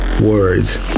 words